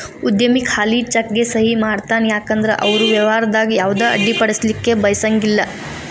ಉದ್ಯಮಿ ಖಾಲಿ ಚೆಕ್ಗೆ ಸಹಿ ಮಾಡತಾನ ಯಾಕಂದ್ರ ಅವರು ವ್ಯವಹಾರದಾಗ ಯಾವುದ ಅಡ್ಡಿಪಡಿಸಲಿಕ್ಕೆ ಬಯಸಂಗಿಲ್ಲಾ